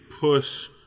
push